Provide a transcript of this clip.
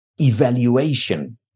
evaluation